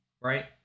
right